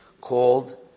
called